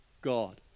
God